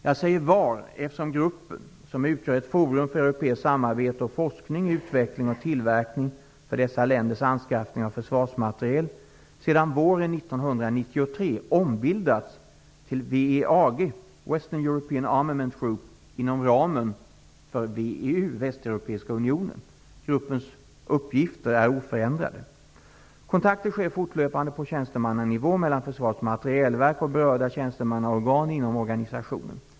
Jag säger var, eftersom gruppen, som utgör ett forum för europeiskt samarbete och forskning, utveckling och tillverkning för dessa länders anskaffning av försvarsmateriel, sedan våren 1993 Kontakter sker fortlöpande på tjänstemannanivå mellan försvarets materielverk och berörda tjänstemannaorgan inom organisationen.